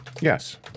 Yes